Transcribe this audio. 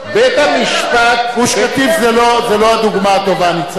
בית-המשפט, גוש-קטיף זה לא הדוגמה הטובה, ניצן.